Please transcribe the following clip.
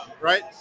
right